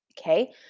okay